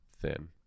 thin